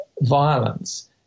violence